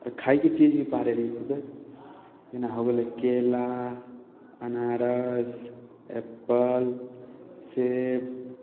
खाइके चीज भी पाड़ै रहिए खूबे जेना हो गेलै केला अनारस एप्पल सेब